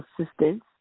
assistance